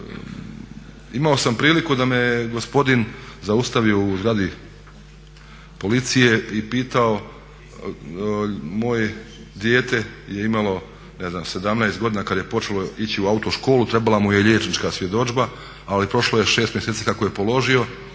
imao sam priliku da me gospodin zaustavio u zgradi policije i pitao moje dijete je imalo 17 godina kad je počelo ići u autoškolu, trebala mu je liječnička svjedodžba ali prošlo je 6 mjeseci kako je položio